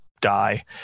die